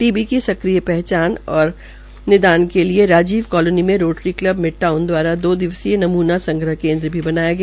T B की सक्रिय पहचान और निशान के लिए राजीव कालोनी में रोटरी कल्ब मिटराअन द्वारा दो दिवसीय नमूना संग्रह केन्द्र भी बनाया गया